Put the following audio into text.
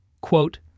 quote